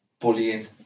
bullying